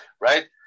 Right